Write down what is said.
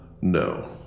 No